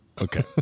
Okay